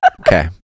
Okay